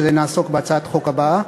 ובזה נעסוק בהצעת החוק הבאה,